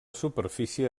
superfície